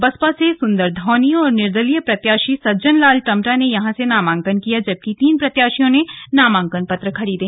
बसपा से सुन्दर धौनी और निर्दलीय प्रत्याशी सज्जन लाल टम्टा ने यहां से नामांकन किया जबकि तीन प्रत्याशियों ने नामांकन पत्र खरीदे